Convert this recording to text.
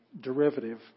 derivative